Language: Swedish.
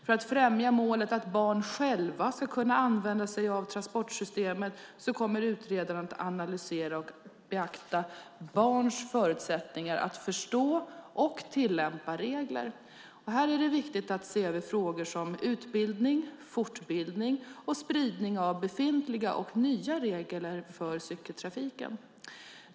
För att främja målet att barn själva ska kunna använda sig av transportsystemet kommer utredaren att analysera och beakta barns förutsättningar att förstå och tillämpa regler. Här är det viktigt att se över frågor som utbildning, fortbildning och spridning av befintliga och nya regler för cykeltrafiken.